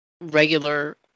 Regular